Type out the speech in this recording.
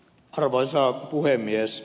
arvoisa puhemies